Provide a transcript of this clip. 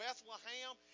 Bethlehem